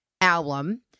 album